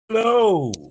Hello